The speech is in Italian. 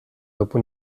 dopo